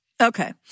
Okay